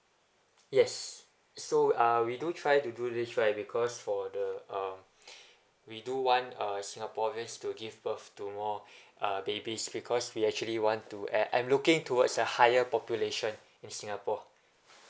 yes so uh we do try to do this right because for the uh we do want uh singaporeans to give birth to more uh babies because we actually want to add I'm looking towards a higher population in singapore